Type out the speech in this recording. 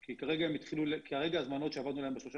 כי כרגע ההזמנות שעבדנו עליהן בשלושת